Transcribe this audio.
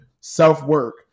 self-work